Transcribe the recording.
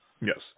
Yes